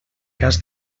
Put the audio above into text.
cas